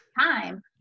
time